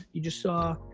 you just saw